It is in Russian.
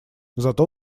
зато